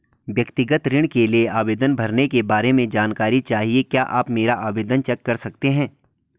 व्यक्तिगत ऋण के लिए आवेदन भरने के बारे में जानकारी चाहिए क्या आप मेरा आवेदन चेक कर सकते हैं?